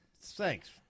thanks